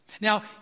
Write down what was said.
Now